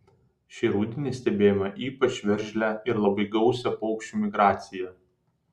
šį rudenį stebėjome ypač veržlią ir labai gausią paukščių migraciją